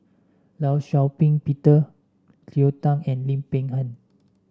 Law Shau Ping Peter Cleo Thang and Lim Peng Han